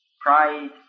pride